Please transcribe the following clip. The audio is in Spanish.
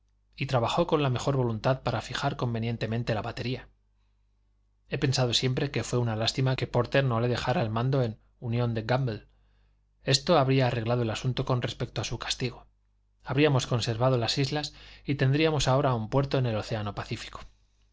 y trabajó con la mejor voluntad para fijar convenientemente la batería he pensado siempre que fué una lástima que pórter no le dejara el mando en unión de gamble esto habría arreglado el asunto con respecto a su castigo habríamos conservado las islas y tendríamos ahora un puerto en el océano pacífico